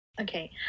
Okay